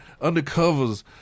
undercovers